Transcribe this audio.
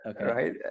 right